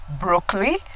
broccoli